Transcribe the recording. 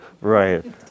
Right